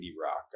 rock